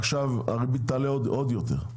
עכשיו הריבית תעלה עוד יותר,